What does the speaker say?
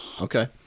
Okay